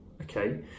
Okay